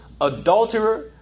adulterer